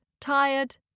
tired